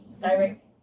direct